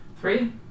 Three